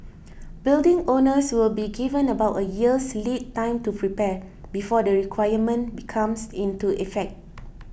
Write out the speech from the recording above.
building owners will be given about a year's lead time to prepare before the requirement becomes into effect